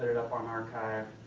up on archive,